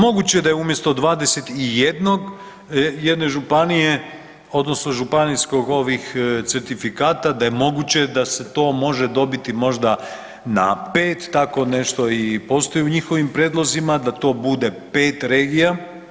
Moguće je da je umjesto 21 županije odnosno županijskih ovih certifikata da je moguće da se to može dobiti na 5, tako nešto i postoji u njihovim prijedlozima, da to bude 5 regija.